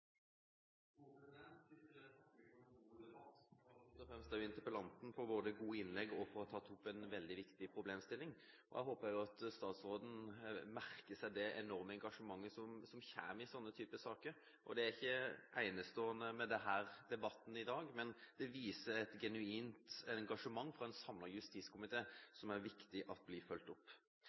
debatt, men først og fremst takke interpellanten både for gode innlegg og for å ha tatt opp en veldig viktig problemstilling. Jeg håper at statsråden merker seg det enorme engasjementet som kommer i slike typer saker – det er ikke enestående med denne debatten i dag, men det viser et genuint engasjement fra en samlet justiskomité som er viktig at blir fulgt opp.